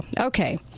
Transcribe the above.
okay